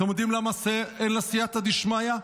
אתם יודעים למה אין לה סייעתא דשמיא?